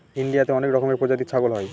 ইন্ডিয়াতে অনেক রকমের প্রজাতির ছাগল হয়